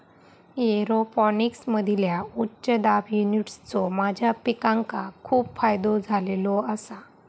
एरोपोनिक्समधील्या उच्च दाब युनिट्सचो माझ्या पिकांका खूप फायदो झालेलो आसा